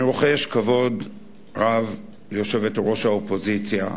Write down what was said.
אני רוחש כבוד רב ליושבת-ראש האופוזיציה,